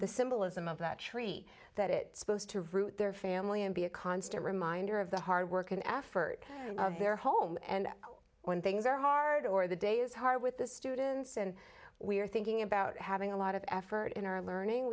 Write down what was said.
the symbolism of that tree that it supposed to root their family and be a constant reminder of the hard work and effort of their home and when things are hard or the day is hard with the students and we're thinking about having a lot of effort in our learning